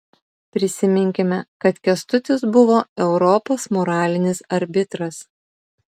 prisiminkime kad kęstutis buvo europos moralinis arbitras